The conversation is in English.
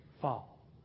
fall